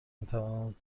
میتواند